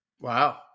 Wow